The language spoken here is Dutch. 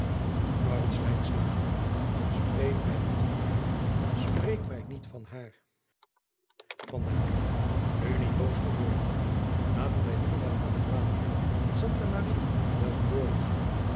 mij niet van haar spreek mij niet van haar van dijk nu niet boos te worden laten wij liever naar de kathedrale kerk santa maria del fiore gaan